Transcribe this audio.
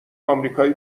امریکای